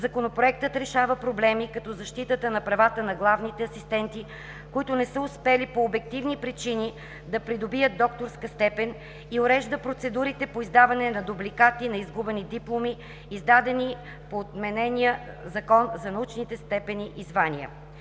Законопроектът решава проблеми като защитата на правата на главните асистенти, които не са успели по обективни причини да придобият докторска степен и урежда процедурите по издаване на дубликати на изгубени дипломи, издадени по отменения Закон за научните степени и звания.